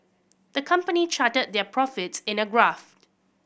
the company charted their profits in a graph